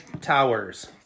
Towers